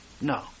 No